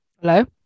Hello